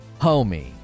Homie